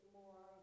more